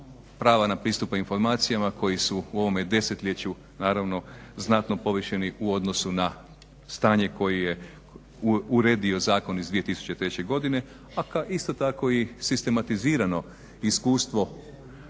prava na pristup informacijama koji su u ovome desetljeću naravno znatno povišeni u odnosu na stanje koje je uredio zakon iz 2003.godine, a isto tako sistematizirano iskustvo